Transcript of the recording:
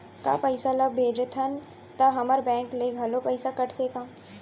का पइसा ला भेजथन त हमर बैंक ले घलो पइसा कटथे का?